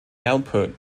output